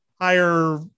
higher